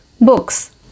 books